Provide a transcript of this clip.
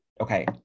Okay